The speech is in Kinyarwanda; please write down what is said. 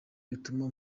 bituma